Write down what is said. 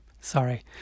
sorry